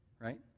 right